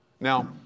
Now